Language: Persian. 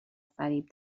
فریب